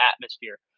atmosphere